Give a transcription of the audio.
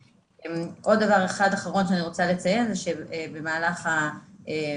עוד דבר אחד אחרון שאני רוצה לציין זה שבמהלך השנה